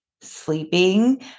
Sleeping